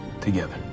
together